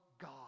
God